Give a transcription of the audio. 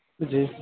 جی